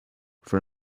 for